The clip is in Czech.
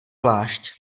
plášť